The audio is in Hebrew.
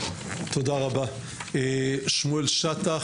שמואל שטח,